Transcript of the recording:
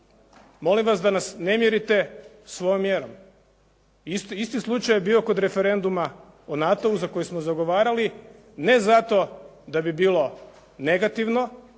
Molim vas da nas ne mjerite svojom mjerom. Isti slučaj je bio kod referenduma o NATO-u za koji smo zagovarali ne zato da bi bilo negativno,